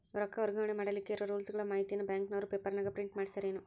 ರೊಕ್ಕ ವರ್ಗಾವಣೆ ಮಾಡಿಲಿಕ್ಕೆ ಇರೋ ರೂಲ್ಸುಗಳ ಮಾಹಿತಿಯನ್ನ ಬ್ಯಾಂಕಿನವರು ಪೇಪರನಾಗ ಪ್ರಿಂಟ್ ಮಾಡಿಸ್ಯಾರೇನು?